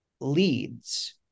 leads